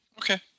Okay